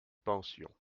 pensions